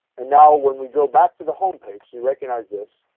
and now when we go back to the home page, so you recognize this,